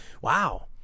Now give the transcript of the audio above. wow